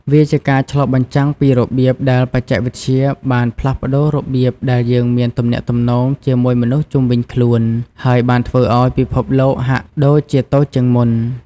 វាជាការឆ្លុះបញ្ចាំងពីរបៀបដែលបច្ចេកវិទ្យាបានផ្លាស់ប្តូររបៀបដែលយើងមានទំនាក់ទំនងជាមួយមនុស្សជុំវិញខ្លួន ហើយបានធ្វើឲ្យពិភពលោកហាក់ដូចជាតូចជាងមុន។